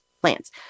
plants